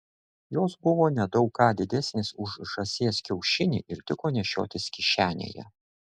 jos buvo ne daug ką didesnės už žąsies kiaušinį ir tiko nešiotis kišenėje